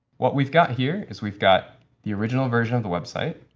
what we've got here, is we've got the original version of the website.